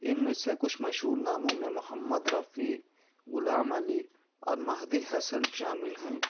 ان میں سے کچھ مشہور ناموں میں محمد رفیع غلام علی اور مہدی حسن شامل ہیں